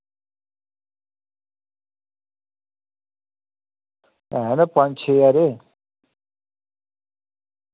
है न पंज छे हारे